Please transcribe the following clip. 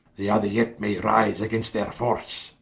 the other yet may rise against their force